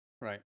Right